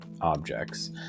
objects